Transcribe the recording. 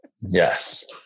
Yes